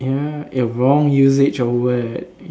ya uh wrong usage of word ya